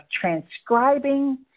transcribing